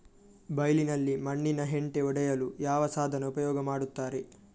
ಬೈಲಿನಲ್ಲಿ ಮಣ್ಣಿನ ಹೆಂಟೆ ಒಡೆಯಲು ಯಾವ ಸಾಧನ ಉಪಯೋಗ ಮಾಡುತ್ತಾರೆ?